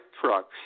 trucks